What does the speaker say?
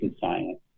science